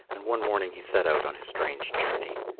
and one morning he set out on his strange journey.